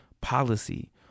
policy